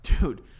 Dude